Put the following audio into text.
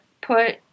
put